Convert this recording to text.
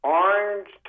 orange